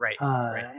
right